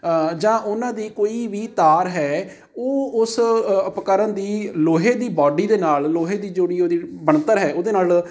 ਜਾਂ ਉਹਨਾਂ ਦੀ ਕੋਈ ਵੀ ਤਾਰ ਹੈ ਉਹ ਉਸ ਉਪਕਰਨ ਦੀ ਲੋਹੇ ਦੀ ਬਾਡੀ ਦੇ ਨਾਲ ਲੋਹੇ ਦੀ ਜਿਹੜੀ ਉਹਦੀ ਬਣਤਰ ਹੈ ਉਹਦੇ ਨਾਲ